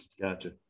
gotcha